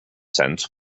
sense